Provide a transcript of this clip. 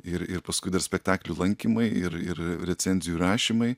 ir ir paskui dar spektaklių lankymai ir ir recenzijų rašymai